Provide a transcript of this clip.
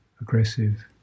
aggressive